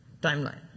Timeline